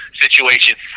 situation